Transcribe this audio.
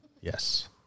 Yes